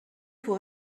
pour